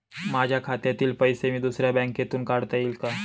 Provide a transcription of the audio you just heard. माझ्या खात्यातील पैसे मी दुसऱ्या बँकेतून काढता येतील का?